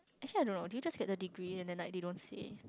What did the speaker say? actually I don't know do you just get the degree and then like they don't say